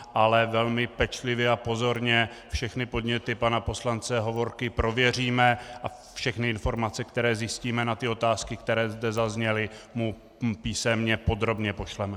Ale velmi pečlivě a pozorně všechny podněty pana poslance Hovorky prověříme a všechny informace, které zjistíme na otázky, které tu zazněly, mu písemně podrobně pošleme.